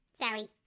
Sorry